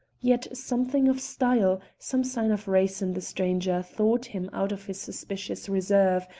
yet something of style, some sign of race in the stranger, thawed him out of his suspicious reserve,